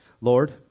Lord